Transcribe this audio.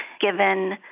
given